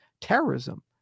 terrorism